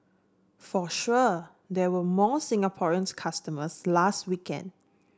for sure there were more Singaporeans customers last weekend